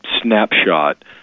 snapshot